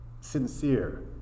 sincere